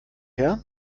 her